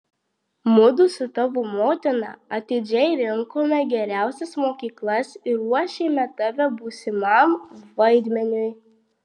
mudu su tavo motina atidžiai rinkome geriausias mokyklas ir ruošėme tave būsimam vaidmeniui